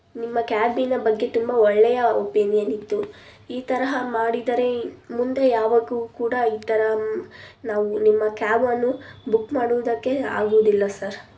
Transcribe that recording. ನಿಮ್ಮ ಕ್ಯಾಬಿನ ಬಗ್ಗೆ ತುಂಬ ಒಳ್ಳೆಯ ಒಪೀನಿಯನ್ ಇತ್ತು ಈ ತರಹ ಮಾಡಿದರೆ ಮುಂದೆ ಯಾವಾಗು ಕೂಡ ಈ ತರಹ ನಾವು ನಿಮ್ಮ ಕ್ಯಾಬನ್ನು ಬುಕ್ ಮಾಡುವುದಕ್ಕೆ ಆಗೋದಿಲ್ಲ ಸರ್